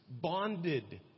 bonded